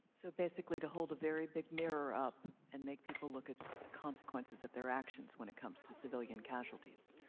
so basically to hold a very big mirror up and make people look at the consequences of their actions when it comes to civilian casualties.